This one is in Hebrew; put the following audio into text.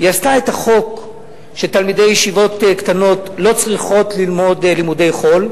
היא עשתה את החוק שתלמידי ישיבות קטנות לא צריכים ללמוד לימודי חול,